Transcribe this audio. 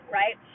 right